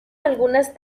algunas